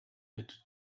mit